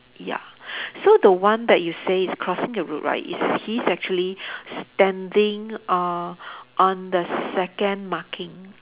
ya so the one that you say is crossing the road right is he's actually standing uh on the second marking